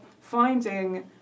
Finding